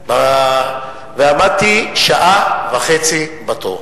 בשוהם, ועמדתי שעה וחצי בתור.